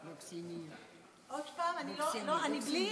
לא, אני בלי